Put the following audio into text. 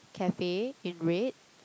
cafe in red